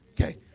Okay